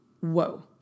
Whoa